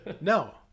No